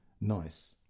nice